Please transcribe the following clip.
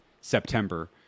September